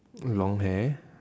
long hair